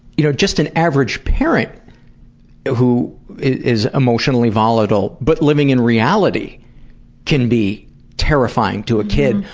you know just an average parent who is emotionally volatile but living in reality can be terrifying to a kid.